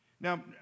Now